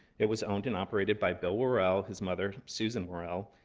it was owned and operated by bill worrell, his mother, susan worrell,